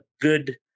good